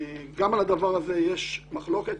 גם על הדבר הזה יש מחלוקת.